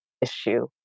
issue